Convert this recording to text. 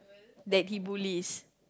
that he bullies